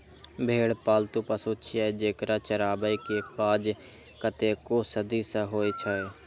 भेड़ पालतु पशु छियै, जेकरा चराबै के काज कतेको सदी सं होइ छै